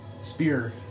spear